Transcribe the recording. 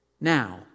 Now